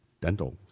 dental